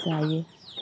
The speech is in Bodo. जायो